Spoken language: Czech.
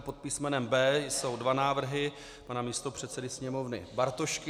Pod písmenem B jsou dva návrhy pana místopředsedy Sněmovny Bartošky.